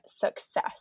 success